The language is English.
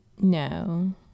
No